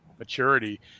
maturity